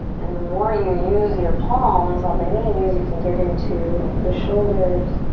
and the more you use your palms on the knees, you can get into the shoulders,